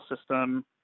system